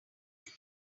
done